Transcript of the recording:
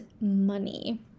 money